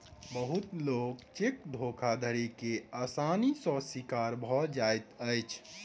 बहुत लोक चेक धोखाधड़ी के आसानी सॅ शिकार भ जाइत अछि